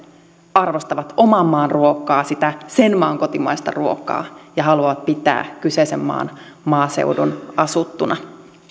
arvostavat oman maan ruokaa sitä sen maan kotimaista ruokaa ja haluavat pitää kyseisen maan maaseudun asuttuna